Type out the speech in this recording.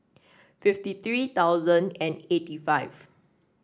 fifty three thousand and eighty five